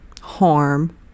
harm